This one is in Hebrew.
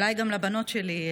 אולי גם לבנות שלי,